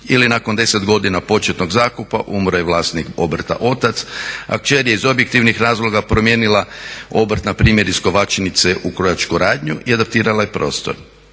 Ili nakon 10 godina početnog zakupa umrlo je vlasnik obrt, otac, a kćer je iz objektivnih razloga promijenila obrt npr. iz kovačnice u krojačku radnju i adaptirala je prostor,